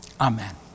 Amen